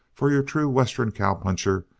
for your true western cowpuncher,